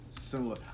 similar